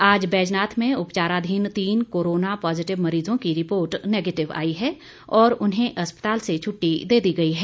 आज बैजनाथ में उपचाराधीन तीन कोरोना पॉजिटिव मरीजों की रिपोर्ट नेगेटिव आई है और उन्हें अस्पताल से छुट्टी दे दी गई है